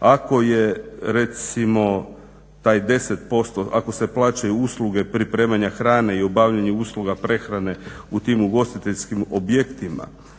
ako je recimo taj 10%, ako se plaćaju usluge pripremanja hrane i obavljanje usluga prehrane u tim ugostiteljskim objektima,